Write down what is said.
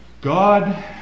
God